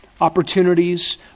opportunities